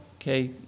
Okay